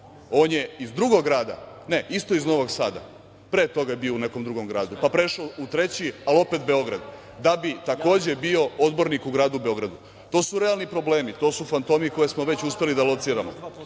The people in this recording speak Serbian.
Ane Brnabić, on je isto iz Novog Sada, pre toga je bio u nekom drugom gradu, pa prešao u treći, ali opet Beograd, da bi takođe bio odbornik u gradu Beogradu. To su realni problemi. To su fantomi koje smo već uspeli da lociramo,